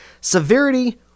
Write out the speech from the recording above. severity